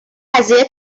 قضیه